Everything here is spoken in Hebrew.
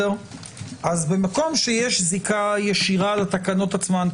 במקום שיש זיקה ישירה לתקנות עצמן,